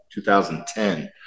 2010